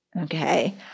okay